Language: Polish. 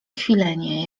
kwilenie